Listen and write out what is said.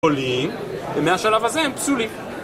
עולים, ומהשלב הזה הם פסולים.